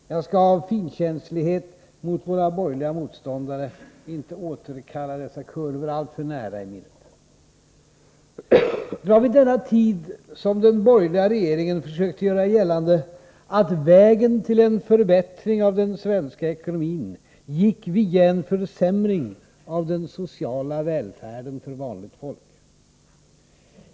Jag skall av finkänslighet mot våra borgerliga motståndare inte återkalla kurvorna alltför nära i minnet. Det var vid denna tid som den borgerliga regeringen försökte göra gällande att vägen till en förbättring av den svenska ekonomin gick via en försämring av den sociala välfärden för vanligt folk.